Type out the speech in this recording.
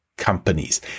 companies